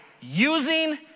using